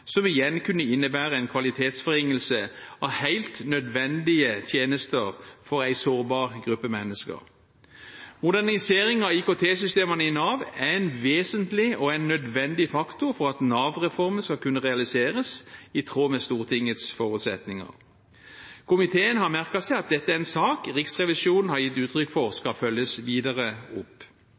som igjen kunne innebære en kvalitetsforringelse av helt nødvendige tjenester for en sårbar gruppe mennesker. Modernisering av IKT-systemene i Nav er en vesentlig og nødvendig faktor for at Nav-reformen skal kunne realiseres i tråd med Stortingets forutsetninger. Komiteen har merket seg at dette er en sak Riksrevisjonen har gitt uttrykk for at skal følges videre opp.